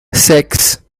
sechs